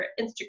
Instagram